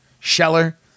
Scheller